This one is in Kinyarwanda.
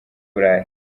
burayi